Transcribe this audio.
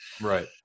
Right